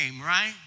right